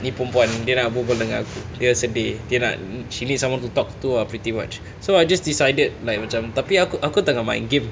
ni perempuan dia nak berbual dengan aku dia sedih dia nak she needs someone to talk to ah pretty much so I just decided like macam tapi aku aku tengah main game